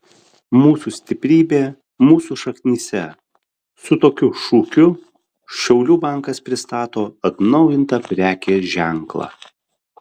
mūsų stiprybė mūsų šaknyse su tokiu šūkiu šiaulių bankas pristato atnaujintą prekės ženklą